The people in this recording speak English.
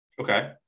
Okay